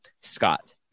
Scott